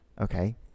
Okay